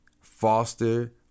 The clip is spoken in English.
foster